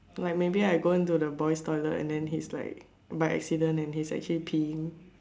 like maybe I go into the boys toilet and he's like by accident and he's like actually pee